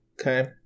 okay